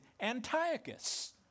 Antiochus